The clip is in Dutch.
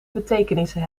betekenissen